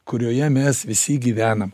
kurioje mes visi gyvenam